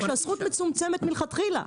כשהזכות מצומצמת מלכתחילה.